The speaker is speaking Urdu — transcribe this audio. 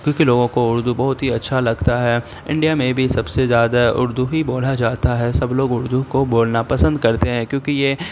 کیونکہ لوگوں کو اردو بہت ہی اچھا لگتا ہے انڈیا میں بھی سب سے زیادہ اردو ہی بولا جاتا ہے سب لوگ اردو کو بولنا پسند کرتے ہیں کیونکہ یہ